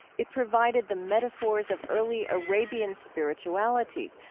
it provided the metaphors of early arabian spirituality,